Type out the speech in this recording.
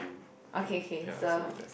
okay okay so